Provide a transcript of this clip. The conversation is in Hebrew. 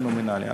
פנומנלי.